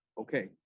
Okay